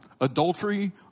Adultery